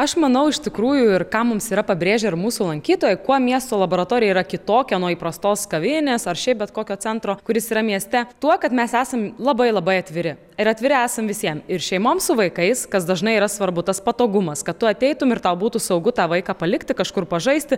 aš manau iš tikrųjų ir ką mums yra pabrėžę ir mūsų lankytojai kuo miesto laboratorija yra kitokia nuo įprastos kavinės ar šiaip bet kokio centro kuris yra mieste tuo kad mes esam labai labai atviri ir atviri esam visiem ir šeimoms su vaikais kas dažnai yra svarbu tas patogumas kad tu ateitum ir tau būtų saugu tą vaiką palikti kažkur pažaisti